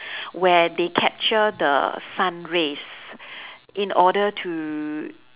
where they capture the sun rays in order to